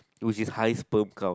which is high sperm count